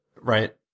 right